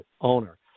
owner